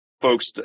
folks